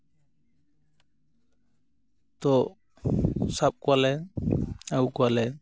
ᱛᱚ ᱥᱟᱵ ᱠᱚᱣᱟᱞᱮ ᱟᱹᱜᱩ ᱠᱚᱣᱟᱞᱮ